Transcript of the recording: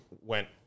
went